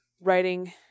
Writing